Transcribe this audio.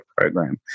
program